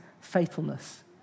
faithfulness